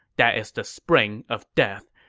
that is the spring of death.